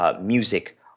music